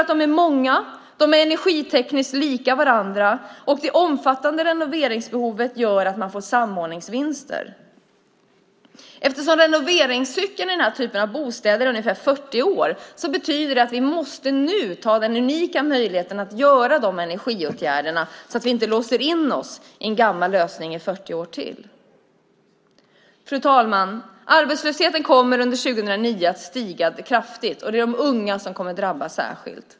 De är många, de är energitekniskt lika varandra och det omfattande renoveringsbehovet gör att man får samordningsvinster. Eftersom renoveringscykeln i denna typ av bostäder är ungefär 40 år måste vi ta den unika möjligheten att vidta dessa energiåtgärder nu, så att vi inte låser in oss i en gammal lösning i 40 år till. Fru talman! Arbetslösheten kommer under 2009 att stiga kraftigt, och det är de unga som särskilt kommer att drabbas.